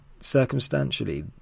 circumstantially